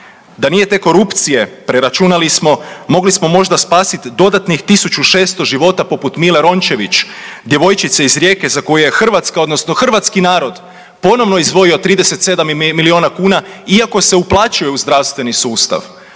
Da nije te korupcije, preračunali smo mogli smo možda spasiti dodatnih 1600 života poput Mile Rončević, djevojčice iz Rijeke za koju je Hrvatska, odnosno hrvatski narod ponovno izdvojio 37 milijuna kuna iako se uplaćuje u zdravstveni sustav.